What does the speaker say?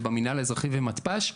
במנהל האזרחי ומתפ"ש.